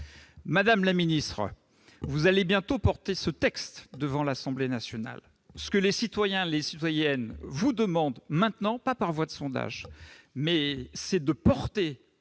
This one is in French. Madame la secrétaire d'État, vous allez bientôt présenter ce texte devant l'Assemblée nationale. Ce que les citoyens et les citoyennes vous demandent maintenant, pas par voie de sondage, c'est de